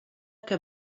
que